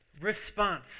response